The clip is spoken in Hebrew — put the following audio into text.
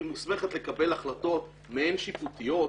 היא מוסמכת לקבל החלטות מעין שיפוטיות,